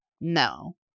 No